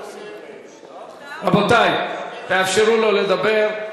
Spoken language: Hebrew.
רבותי, תאפשרו לו לדבר.